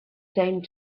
same